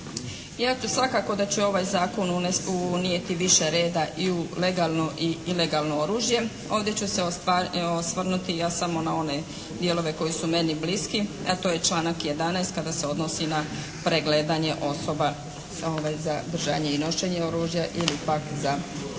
Ja ću, svakako da će ovaj zakon unijeti više reda i u legalno i ilegalno oružje. Ovdje ću se osvrnuti ja samo na one dijelove koji su meni bliski, a to je članak 11. kada se odnosi na pregledanje osoba za držanje i nošenje oružja ili pak za